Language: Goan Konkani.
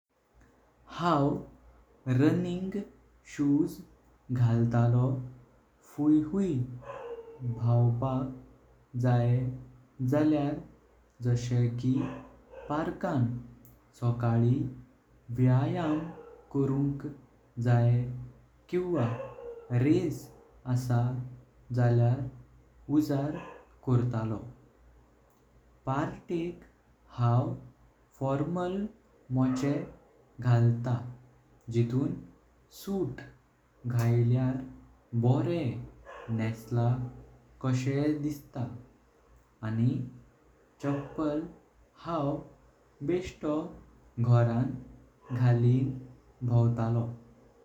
हांव रनिंग शूज घालतलो फुई हुई धावपाक जायें जाल्यार जाशे की पार्कान सकाळीं व्यायाम करुंक जायें। कोणवं रेस आशा जाल्यार उजाळ करतालो। पार्टी एक हांव फॉर्मल मोच घालतां जीतूं सूट घायल्यार बोरें नेशला कशी दिसता। आनी चप्पल हांव बेस्टो घरान घालून बुवतालो।